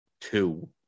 Two